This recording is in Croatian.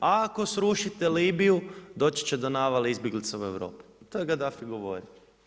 Ako srušite Libiju doći će do navale izbjeglica u Europu, to je Gaddafi govorio.